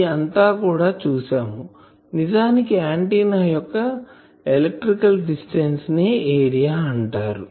ఇది అంతా కూడా చూసాము నిజానికి ఆంటిన్నా యొక్క ఎలక్ట్రికల్ డిస్టెన్సు నే ఏరియా అంటారు